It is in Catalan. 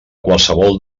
qualsevol